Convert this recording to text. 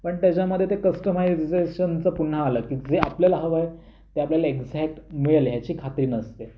पण त्याच्यामध्ये ते कस्टमायझेशनचं पुन्हा आलं की जे आपल्याला हवं आहे ते आपल्याला एक्झॅक्ट मिळेल याची खात्री नसते